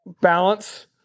balance